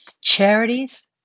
charities